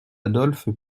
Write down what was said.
adolphe